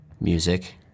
Music